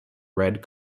red